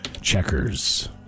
Checkers